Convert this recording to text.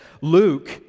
Luke